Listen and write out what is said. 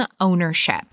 ownership